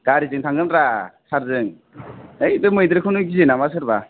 गारिजों थांगोन ब्रा कारजों है नोंसोर मैदेरखौनो गियो नामा सोरबा